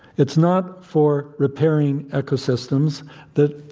it's not for repairing ecosystems that,